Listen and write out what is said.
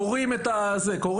קוראים את הנוהלים.